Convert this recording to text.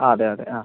അതെ അതെ ആ